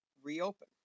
reopen